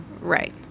right